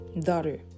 daughter